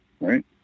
right